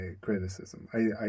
criticism